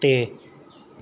ਅਤੇ